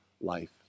life